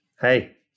Hey